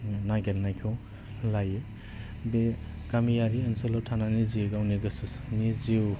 नागिरनायखौ लायो बे गामियारि ओनसोलाव थानानै जे गावनि गोसोनि जिउ